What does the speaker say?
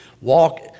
walk